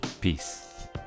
Peace